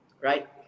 right